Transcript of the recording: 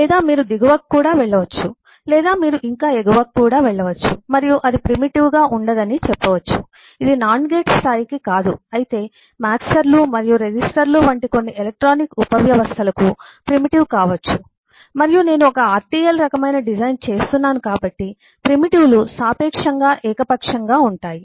లేదా మీరు దిగువకు కూడా వెళ్ళవచ్చు లేదా మీరు ఇంకా ఎగువకు కూడా వెళ్ళవచ్చు మరియు అది ప్రిమిటివ్ గా ఉండదని చెప్పవచ్చు ఇది NAND గేట్ స్థాయికి కాదు అయితే మాక్సర్లు 0238 మరియు రెసిస్టర్లు వంటి కొన్ని ఎలక్ట్రానిక్ ఉపవ్యవస్థలకు ప్రిమిటివ్ కావచ్చు మరియు నేను ఒక RTL రకమైన డిజైన్ చేస్తున్నాను కాబట్టి ప్రిమిటివ్ లు సాపేక్షంగా ఏకపక్షంగా ఉంటాయి